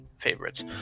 favorites